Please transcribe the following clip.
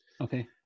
okay